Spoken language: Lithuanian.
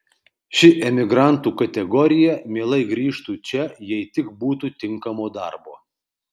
ši emigrantų kategorija mielai grįžtu čia jei tik būtų tinkamo darbo